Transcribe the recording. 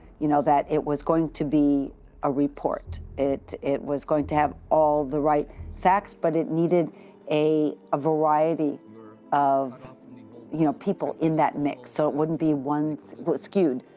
you know that it was going to be a report. it it was going to have all the right facts, but it needed a a variety of you know people in that mix. so it wouldn't be one but skewed,